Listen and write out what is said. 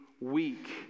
weak